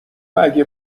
اگه